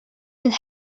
and